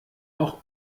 auch